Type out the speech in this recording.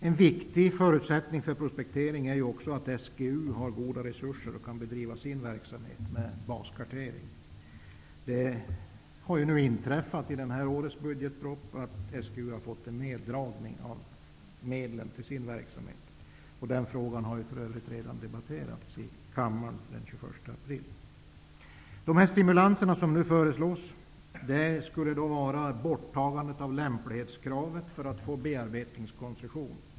En viktig förutsättning för prospektering är att SGU har goda resurser för att bedriva sin verksamhet med baskartering. I årets budgetproposition föreslås en neddragning av anslagen till SGU:s verksamhet. Den frågan debatterades för övrigt i kammaren redan den 21 De stimulanser som föreslås är bl.a. borttagande av lämplighetskravet för att få bearbetningskoncession.